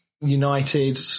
United